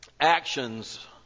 actions